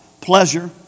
pleasure